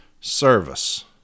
service